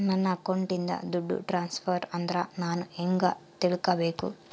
ನನ್ನ ಅಕೌಂಟಿಂದ ದುಡ್ಡು ಟ್ರಾನ್ಸ್ಫರ್ ಆದ್ರ ನಾನು ಹೆಂಗ ತಿಳಕಬೇಕು?